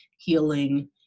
healing